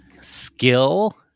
skill